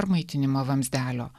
maitinimo vamzdelio